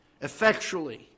effectually